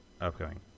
upcoming